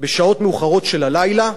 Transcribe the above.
בשעות מאוחרות של הלילה,